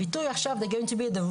הביטוי עכשיו --- רגע,